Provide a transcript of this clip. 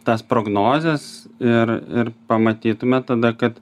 tas prognozes ir ir pamatytumėt tada kad